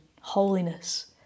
holiness